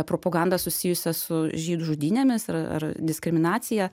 propagandą susijusią su žydų žudynėmis ir ar diskriminacija